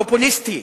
הפופוליסטי.